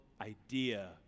idea